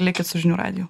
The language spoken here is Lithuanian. likit su žinių radiju